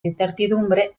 incertidumbre